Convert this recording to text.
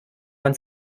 man